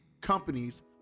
companies